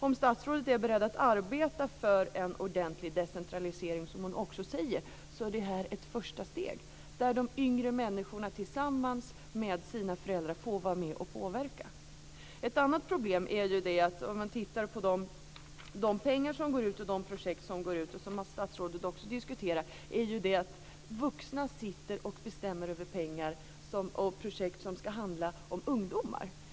Om statsrådet är beredd att arbeta för en ordentlig decentralisering, som hon säger att hon är, är detta ett första steg där de yngre människorna tillsammans med sina föräldrar får vara med och påverka. Ett annat problem är de pengar som satsas och de projekt som bildas, vilket statsrådet också diskuterar, eftersom vuxna sitter och bestämmer över pengar och projekt som ska handla om ungdomar.